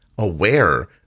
Aware